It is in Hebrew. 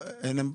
אז זה לא פגים.